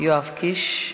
יואב קיש.